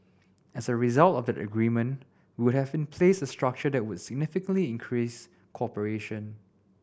as a result of that agreement we would have in place a structure that would significantly increase cooperation